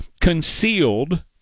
Concealed